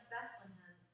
Bethlehem